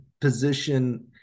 position